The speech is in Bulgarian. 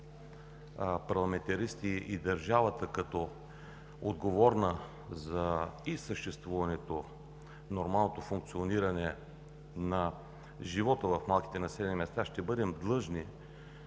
парламентаристи и държавата като отговорна за съществуването и за нормалното функциониране на живота в малките населени места ще бъдем длъжни